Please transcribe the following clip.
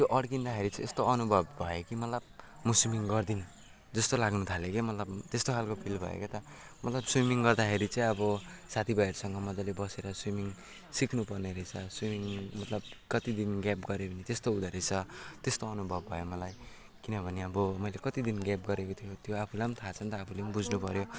त्यो अड्कँदाखेरि चाहिँ यस्तो अनुभव भयो कि मतलब म सुइमिङ गर्दिनँ जस्तो लाग्न थाल्यो क्या मतलब त्यस्तो खालो फिल भयो के त मतलब सुइमिङ गर्दाखेरि चाहिँ अब साथी भाइहरूसँग मजाले बसेर सुइमिङ सिक्नु पर्ने रहेछ सुइमिङ मतलब कति दिन ग्याप गर्यो भने त्यस्तो हुँदो रहेछ त्यस्तो अनुभव भयो मलाई किनभने अब मैले कति दिन ग्याप गरेको थियो त्यो आफूलाई थाहा छैन आफूले बुझ्नु पर्यो